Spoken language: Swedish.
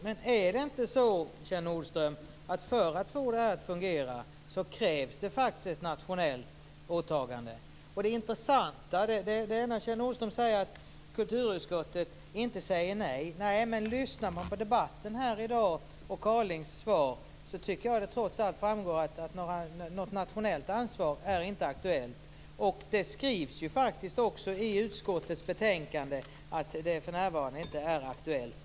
Herr talman! Är det inte så att det krävs ett nationellt åtagande för att få detta att fungera, Kjell Nordström? Det intressanta är att Kjell Nordström säger att kulturutskottet inte säger nej. Nej, men lyssnar man på debatten här i dag och på Kaalings svar tycker jag att det trots allt framgår att något nationellt ansvar inte är aktuellt. Det står faktiskt också i utskottets betänkande att detta för närvarande inte är aktuellt.